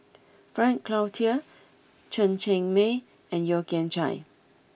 Frank Cloutier Chen Cheng Mei and Yeo Kian Chye